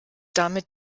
damit